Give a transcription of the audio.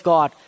God